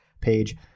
page